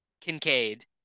Kincaid